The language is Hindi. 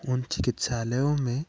उन चिकित्सालयों में